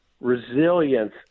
resilience